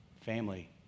Family